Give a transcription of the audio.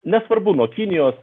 nesvarbu nuo kinijos